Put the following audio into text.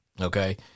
Okay